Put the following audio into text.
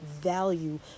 value